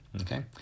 Okay